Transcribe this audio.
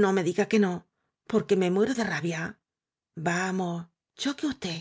no me diga que no porque me muero de rabia vamos choque usté